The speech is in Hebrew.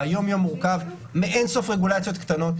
והיומיום מורכב מאין-סוף רגולציות קטנות,